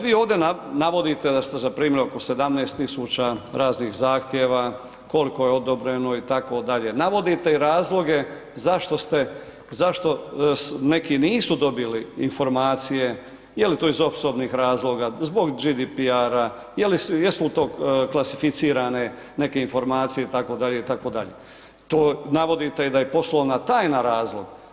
Vi ovdje navodite da ste zaprimili oko 17.000 raznih zahtjeva, koliko je odobreno itd., navodite i razloge zašto ste, zašto neki nisu dobili informacije, je li to iz osobnih razloga, zbog GDPR-a, jesu li to klasificirane neke informacije itd., itd., to navodite i da je poslovna tajna razlog.